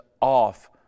off